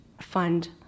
fund